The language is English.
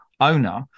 owner